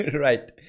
Right